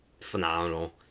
phenomenal